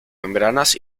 membranas